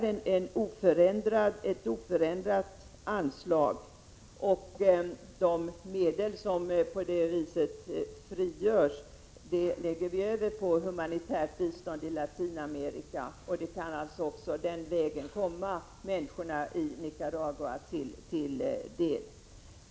De medel som på det viset frigörs lägger vi över på humanitärt bistånd i Latinamerika, och de kan den vägen komma människorna i Nicaragua till del.